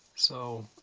so